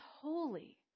holy